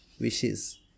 Wishes